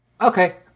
Okay